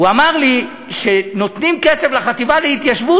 הוא אמר לי שנותנים כסף לחטיבה להתיישבות